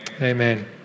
Amen